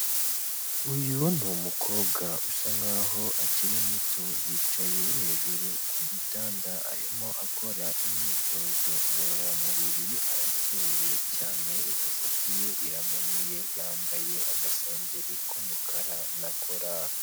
Uyu ni umukobwa usa nkaho akiri muto, yicaye hejuru ku gitanda arimo akora imyitozo ngororamubiri, arakeye cyane imisatsi ye iramanuye, yambaye agasengeri k'umukara na kora.